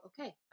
okay